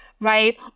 right